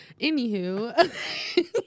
Anywho